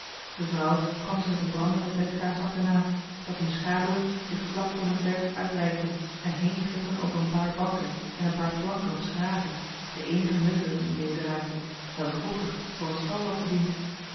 de vrouw kwam ze met een brandende vetkaars achterna dat hun schaduwen zich vlak voor hen ver uitrekten en heentrilden over een paar banken en een paar planken op schragen de eenige meubelen in deze ruimte welke vroeger voor een stal had gediend